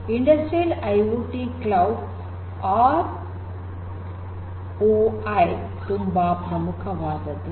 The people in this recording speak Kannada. industrial IOT cloud R O I ತುಂಬಾ ಪ್ರಮುಖವಾದದ್ದು